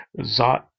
Zot